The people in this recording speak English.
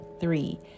three